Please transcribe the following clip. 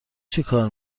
چکار